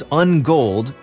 ungold